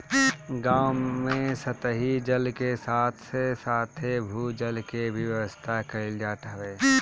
गांव में सतही जल के साथे साथे भू जल के भी व्यवस्था कईल जात हवे